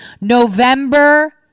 November